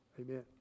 Amen